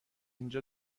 اینجا